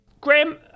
Graham